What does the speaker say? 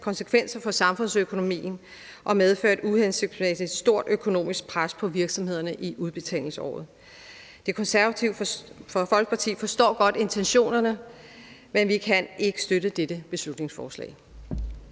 konsekvenser for samfundsøkonomien og medføre et uhensigtsmæssigt stort økonomisk pres på virksomhederne i udbetalingsåret. Det Konservative Folkeparti forstår godt intentionerne, men vi kan ikke støtte dette beslutningsforslag.